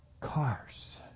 Cars